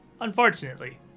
unfortunately